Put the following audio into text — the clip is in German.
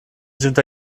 sich